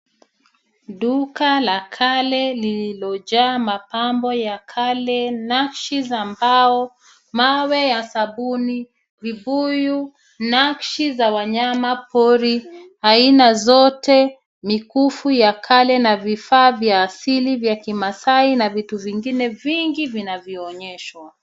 Duka la kale lililojaa mapambo ya kale, nakshi za mbao, mawe ya sabuni, vibuyu na nakshi za wanyama pori aina zote, mikufu ya kale na vifaa vya asili vya kimaasai na vitu vingine vingi vinavyoonyeshwa.